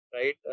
Right